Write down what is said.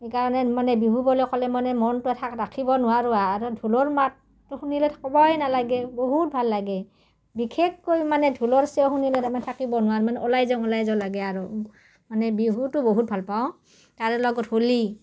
সেইকাৰণে মানে বিহু বুলি ক'লে মানে মনটোক ৰাখিব নোৱাৰোঁ আৰু ঢোলৰ মাতটো শুনিলেতো ক'বই নালাগে বহুত ভাল লাগে বিশেষকৈ মানে ঢোলৰ চেও শুনিলে তাৰে থাকিব নোৱাৰো মানে ওলাই যাওঁ ওলাই যাওঁ লাগে আৰু মানে বিহুটো বহুত ভালপাওঁ তাৰ লগত হোলী